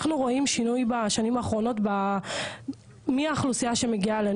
אנחנו רואים שינוי בשנים האחרונות מי האוכלוסייה שמגיעה אלינו?